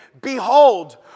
behold